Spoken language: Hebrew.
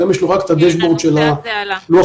היום יש לו רק את הדש-בורד של הבריאות.